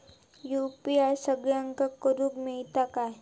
UPI सगळ्यांना करुक मेलता काय?